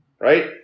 right